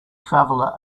traveller